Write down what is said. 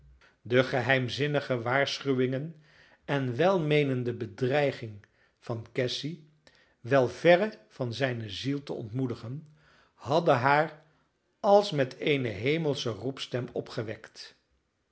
de geheimzinnige waarschuwingen en welmeenende bedreiging van cassy wel verre van zijne ziel te ontmoedigen hadden haar als met eene hemelsche roepstem opgewekt